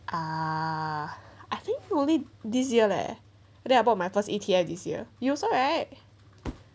uh I think you will lead this year leh then I bought my first E_T_A this year you also right